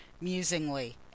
musingly